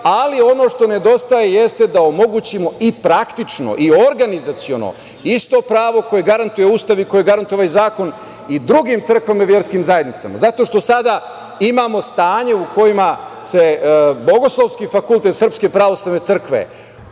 ono što nedostaje jeste da omogućimo i praktično i organizaciono isto pravo koje garantuje Ustav i koje garantuje ovaj zakon i drugim crkvama i verskim zajednicama, zato što sada imamo stanje u kojem se Bogoslovski fakultet SPC kroz Beogradski